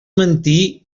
mentir